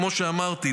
כמו שאמרתי,